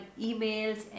emails